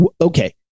okay